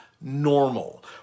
normal